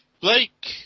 Blake